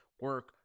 Work